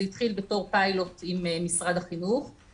זה התחיל בתור פיילוט עם משרד החינוך.